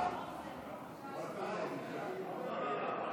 שמחה רוטמן,